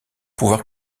pouvoir